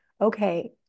okay